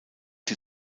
die